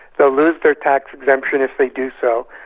they'll lose their tax exemption if they do so,